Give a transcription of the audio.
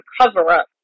cover-up